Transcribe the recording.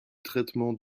traitement